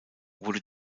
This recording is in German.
wurde